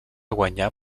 guanyar